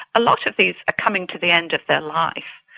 a lot of these are coming to the end of their life,